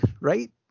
right